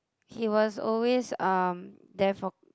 he was always um there for